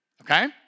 okay